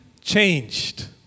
changed